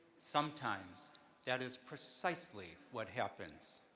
sometimes that is precisely what happens.